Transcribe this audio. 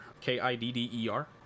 K-I-D-D-E-R